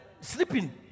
sleeping